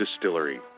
Distillery